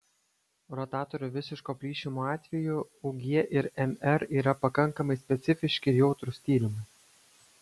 rotatorių visiško plyšimo atveju ug ir mr yra pakankamai specifiški ir jautrūs tyrimai